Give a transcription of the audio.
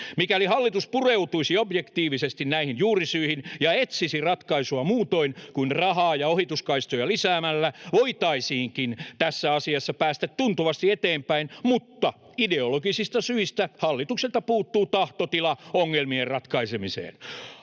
Mikäli hallitus pureutuisi objektiivisesti näihin juurisyihin ja etsisi ratkaisua muutoin kuin rahaa ja ohituskaistoja lisäämällä, voitaisiinkin tässä asiassa päästä tuntuvasti eteenpäin, mutta ideologisista syistä hallitukselta puuttuu tahtotila ongelmien ratkaisemiseen.